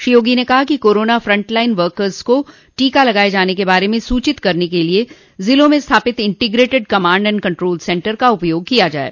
श्री योगी ने कहा कि कोरोना फ्रंट लाइन वर्कस को टीका लगाये जाने के बारे में सूचित करने के लिये जिलों में स्थापित integrated command and control centre का उपयोग किया जाये